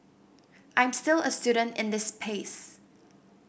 I'm still a student in this space